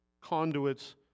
conduits